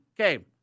Okay